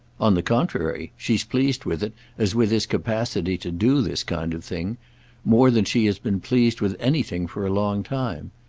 on the contrary she's pleased with it as with his capacity to do this kind of thing more than she has been pleased with anything for a long time.